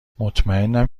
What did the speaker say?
مطمئنم